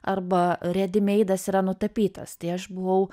arba redimeidas yra nutapytas tai aš buvau